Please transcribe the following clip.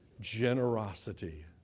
generosity